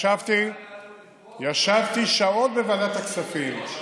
ישבתי שעות בוועדת הכספים,